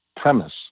premise